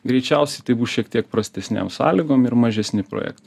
greičiausiai tai bus šiek tiek prastesnėm sąlygom ir mažesni projektai